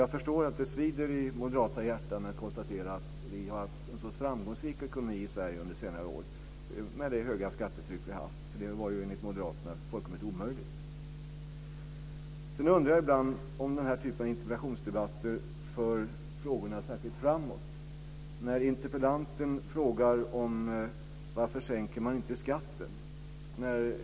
Jag förstår att det svider i moderata hjärtan att konstatera att vi har haft en så framgångsrik ekonomi i Sverige under senare år, med det höga skattetryck vi har haft - det var ju fullkomligt omöjligt, enligt Moderaterna. Jag undrar ibland om den här typen av interpellationsdebatter för frågorna framåt särskilt mycket. En interpellant frågar varför man inte sänker skatten.